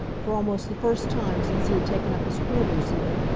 for almost the first time since he had taken up his quarters here,